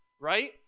right